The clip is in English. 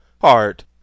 heart